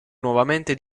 nuovamente